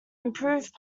improved